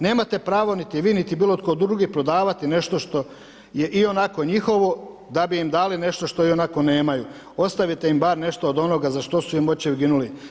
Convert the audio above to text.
Nemate pravo niti vi niti bilo tko drugi prodavati nešto što je ionako njihovo da bi im dali nešto što ionako nemaju, ostavite m bar nešto od onoga za što su im očevi ginuli.